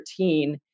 2013